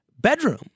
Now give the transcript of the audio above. bedroom